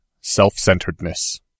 Self-Centeredness